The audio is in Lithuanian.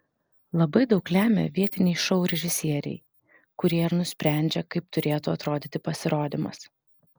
labai daug lemia vietiniai šou režisieriai kurie ir nusprendžia kaip turėtų atrodyti pasirodymas